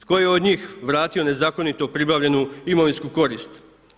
Tko je od njih vratio nezakonito pribavljenu imovinsku korist.